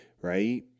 right